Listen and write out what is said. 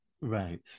Right